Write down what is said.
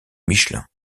michelin